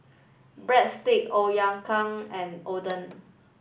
Breadstick and Oden